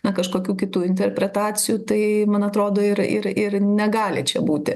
na kažkokių kitų interpretacijų tai man atrodo ir ir ir negali čia būti